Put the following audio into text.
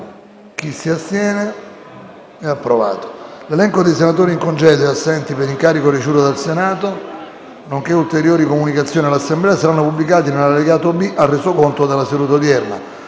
una nuova finestra"). L'elenco dei senatori in congedo e assenti per incarico ricevuto dal Senato, nonché ulteriori comunicazioni all'Assemblea saranno pubblicati nell'allegato B al Resoconto della seduta odierna.